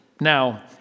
Now